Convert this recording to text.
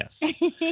Yes